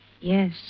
Yes